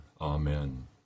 Amen